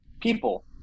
people